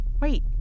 Wait